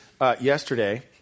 Yesterday